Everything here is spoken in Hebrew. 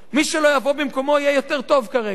מי שלא יבוא במקומו יהיה יותר טוב כרגע.